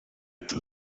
this